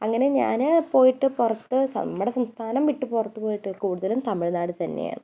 അങ്ങനെ ഞാൻ പോയിട്ട് പുറത്ത് നമ്മുടെ സംസ്ഥാനം വിട്ട് പുറത്ത് പോയിട്ട് കൂടുതലും തമിഴ്നാട് തന്നെയാണ്